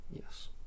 yes